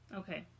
okay